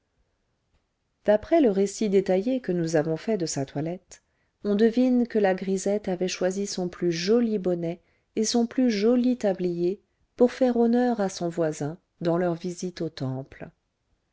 d'après le récit détaillé que nous avons fait de sa toilette on devine que la grisette avait choisi son plus joli bonnet et son plus joli tablier pour faire honneur à son voisin dans leur visite au temple